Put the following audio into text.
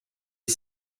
est